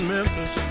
Memphis